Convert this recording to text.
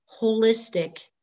holistic